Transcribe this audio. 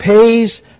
pays